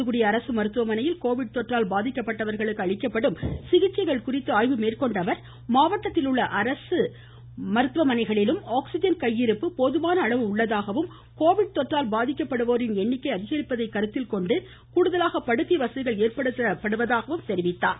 தூத்துக்குடி அரசு மருத்துவமனையில் கோவிட் தொற்றால் பாதிக்கப்பட்டவர்களுக்கு அளிக்கப்படும் சிகிச்சைகள் குறித்து ஆய்வு மேற்கொண்ட அவர் மாவட்டத்தில் உள்ள அனைத்து மருத்துவமனைகளிலும் போதுமான அளவு உள்ளதாகவும் கோவிட் கொற்றால் பாதிக்கப்படுவோரின் எண்ணிக்கை அதிகரிப்பதை கருத்தில் கொண்டு கூடுதலாக படுக்கை வசதிகள் ஏற்படுத்தப்படுவதாகவும் தெரிவித்தார்